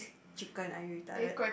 chicken are you retarded